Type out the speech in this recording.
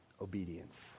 obedience